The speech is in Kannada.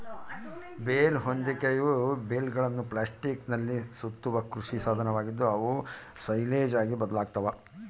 ಬೇಲ್ ಹೊದಿಕೆಯು ಬೇಲ್ಗಳನ್ನು ಪ್ಲಾಸ್ಟಿಕ್ನಲ್ಲಿ ಸುತ್ತುವ ಕೃಷಿ ಸಾಧನವಾಗಿದ್ದು, ಅವು ಸೈಲೇಜ್ ಆಗಿ ಬದಲಾಗ್ತವ